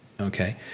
okay